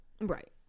Right